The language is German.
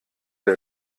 der